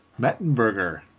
Mettenberger